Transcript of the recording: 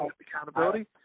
accountability